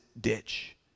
ditch